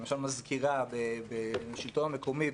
למשל מזכירה בשלטון המקומי,